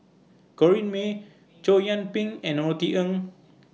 Corrinne May Chow Yian Ping and Norothy Ng